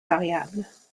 variables